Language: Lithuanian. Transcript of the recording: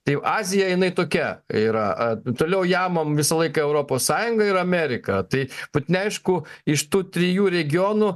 tai jau azija jinai tokia yra toliau ją mum visą laiką europos sąjunga ir amerika tai putni aišku iš tų trijų regionų